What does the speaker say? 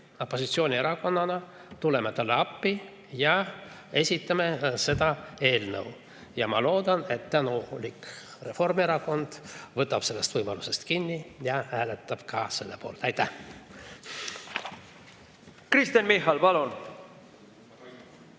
opositsioonierakonnana talle appi ja esitame selle eelnõu. Ma loodan, et tänulik Reformierakond võtab sellest võimalusest kinni ja hääletab selle poolt. Aitäh!